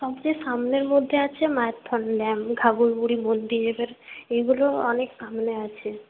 সবচেয়ে সামনের মধ্যে আছে মাইথন ড্যাম ঘাঘরবুড়ি মন্দির এবার এইগুলো অনেক সামনে আছে